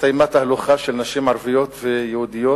הסתיימה תהלוכה של נשים ערביות ויהודיות,